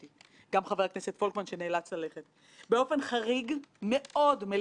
המרכזיים במשק צריך לומר: אחרי נפילתו של אחד גדול ולפני נפילתו של אחר.